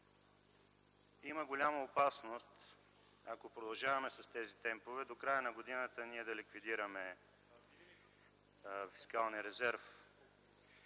има голяма опасност, ако продължаваме с тези темпове, до края на годината да ликвидираме фискалния резерв